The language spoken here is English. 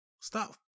stop